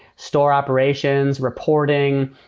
store operations, reporting,